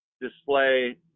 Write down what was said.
display